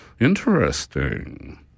Interesting